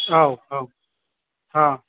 औ औ अ